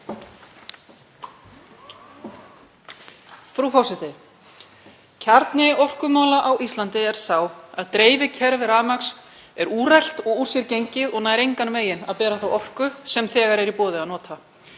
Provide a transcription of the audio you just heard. Frú forseti. Kjarni orkumála á Íslandi er sá að dreifikerfi rafmagns er úrelt og úr sér gengið og nær engan veginn að bera þá orku sem þegar er í boði að nota.